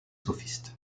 sophistes